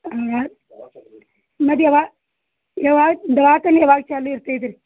ಹಂಗ ಮತ್ತು ಯಾವಾಗ ಯಾವಾಗ ದವಾಖಾನೆ ಯಾವಾಗ ಚಾಲು ಇರ್ತೈತಿ ರೀ